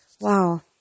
Wow